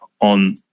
on